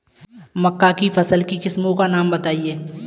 मक्का की फसल की किस्मों का नाम बताइये